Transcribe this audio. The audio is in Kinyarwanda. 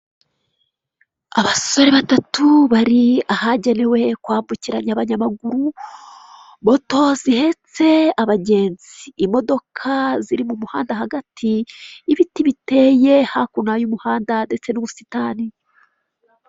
Abasore batatu bari ahagenewe kwambukiranya abanyamaguru, moto zihetse abagenzi, imodoka ziri mu muhanda hagati. Ibiti biteye hakuno y'umuhanda ndetse n'ubusitani.